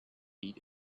meet